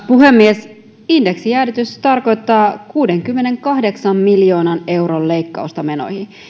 puhemies indeksijäädytys tarkoittaa kuudenkymmenenkahdeksan miljoonan euron leikkausta menoihin